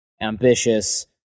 ambitious